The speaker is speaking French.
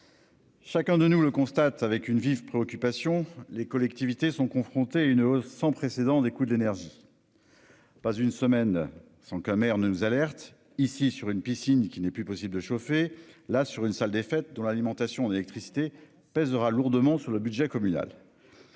Chacun de nous le constate avec une vive préoccupation. Les collectivités sont confrontées à une hausse sans précédent des coûts de l'énergie.-- Pas une semaine sans qu'un maire ne nous alerte ici sur une piscine qui n'est plus possible de chauffer là sur une salle des fêtes dans l'alimentation en électricité pèsera lourdement sur le budget communal.